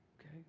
Okay